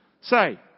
Say